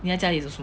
你家里做什么